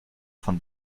von